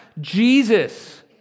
Jesus